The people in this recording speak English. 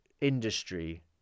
industry